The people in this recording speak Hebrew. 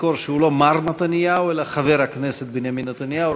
לזכור שהוא לא מר נתניהו אלא חבר הכנסת בנימין נתניהו,